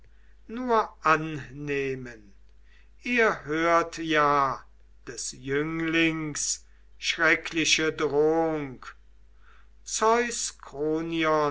nur annehmen ihr hört ja des jünglings schreckliche drohung zeus